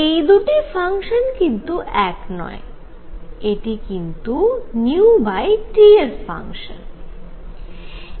এই দুটি ফাংশান কিন্তু এক নয় এটি কিন্তু T এর ফাংশান